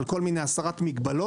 על כל מיני הסרת מגבלות,